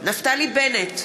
נפתלי בנט,